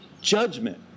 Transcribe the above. judgment